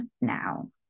now